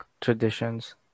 traditions